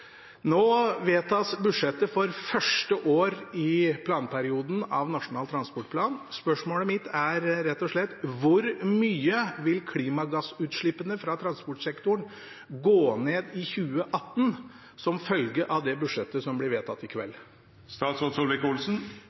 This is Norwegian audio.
Nå vedtas budsjettet for det første året av planperioden for Nasjonal transportplan. Spørsmålet mitt er rett og slett: Hvor mye vil klimagassutslippene fra transportsektoren gå ned i 2018 som følge av det budsjettet som blir vedtatt i